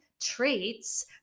traits